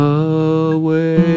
away